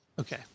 Okay